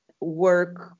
work